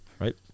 Right